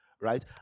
right